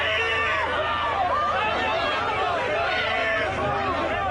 ומהשעה 23:00 באמת, ממש קצת זמן וכל המצב השתנה.